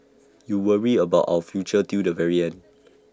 you worry about our future till the very end